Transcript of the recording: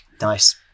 Nice